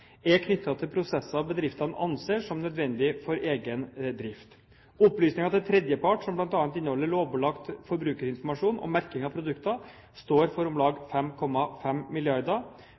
er knyttet til prosesser bedriftene anser som nødvendige for egen drift. Opplysninger til tredjepart, som bl.a. inneholder lovpålagt forbrukerinformasjon og merking av produkter, står for om lag 5,5